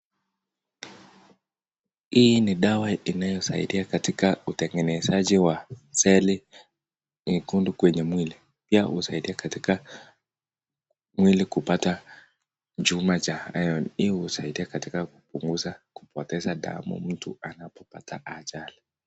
Hii ni dawa inayosaidia katika utengenezaji wa cell nyekundu kwenye mwili. Pia husaidia katika mwili kupata chuma cha iron. Hii husaidia katika kupunguza kupoteza damu mtu anapopata ajali.